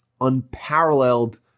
unparalleled